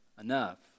enough